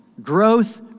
growth